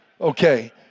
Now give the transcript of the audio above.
okay